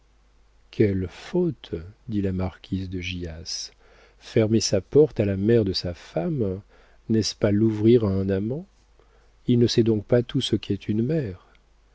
quelle faute dit la marquise de gyas fermer sa porte à la mère de sa femme n'est-ce pas l'ouvrir à un amant il ne sait donc pas tout ce qu'est une mère